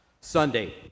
Sunday